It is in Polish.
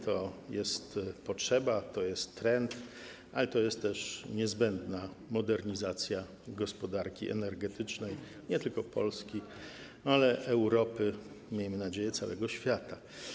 To jest potrzeba, to jest trend, ale to jest też niezbędna modernizacja gospodarki energetycznej nie tylko Polski, ale również Europy i, miejmy nadzieję, całego świata.